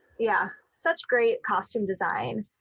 yeah, such great costume design.